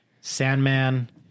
Sandman